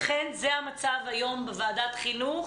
לכן זה המצב היום בוועדת חינוך,